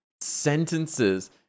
sentences